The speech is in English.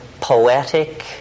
poetic